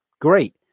great